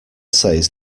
says